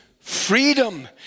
freedom